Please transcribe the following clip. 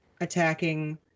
attacking